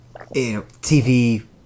TV